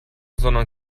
sondern